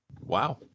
Wow